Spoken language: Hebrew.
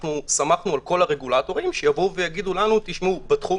סמכנו על כל הרגולטורים שיגידו לנו: בתחום